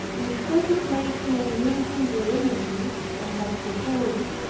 instead of making and using the remedies i had proposed,